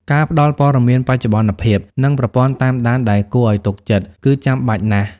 ការផ្តល់ព័ត៌មានបច្ចុប្បន្នភាព និងប្រព័ន្ធតាមដានដែលគួរឱ្យទុកចិត្ត គឺចាំបាច់ណាស់។